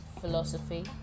philosophy